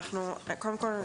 ביטול הרשאות אישיות או סייגים